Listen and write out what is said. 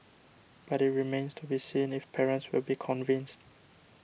but it remains to be seen if parents will be convinced